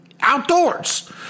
Outdoors